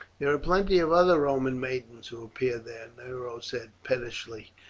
there are plenty of other roman maidens who appear there, nero said pettishly.